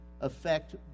affect